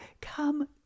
come